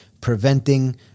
preventing